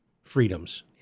freedoms